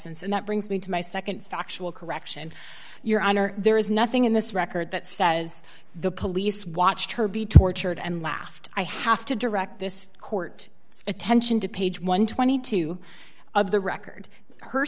nce and that brings me to my nd factual correction your honor there is nothing in this record that says the police watched her be tortured and laughed i have to direct this court attention to page one hundred and twenty two of the record her